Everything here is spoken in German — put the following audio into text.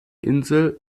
insel